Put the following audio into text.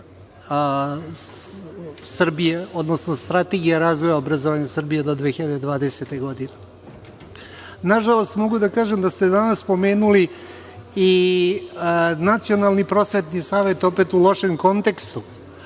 Strategija razvoja obrazovanja Srbije do 2020. godine. Nažalost, mogu da kažem da ste danas spomenuli i Nacionalni prosvetni savet opet u lošem kontekstu,